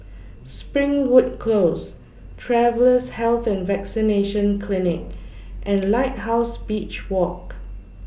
Springwood Close Travellers' Health and Vaccination Clinic and Lighthouse Beach Walk